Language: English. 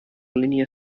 linear